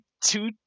two